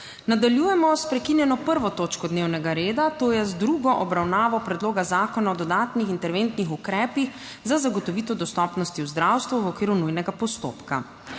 Nadaljujemo s prekinjeno 1. točko dnevnega reda, to je z drugo obravnavo Predloga zakona o dodatnih interventnih ukrepih za zagotovitev dostopnosti v zdravstvu v okviru nujnega postopka.